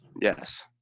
Yes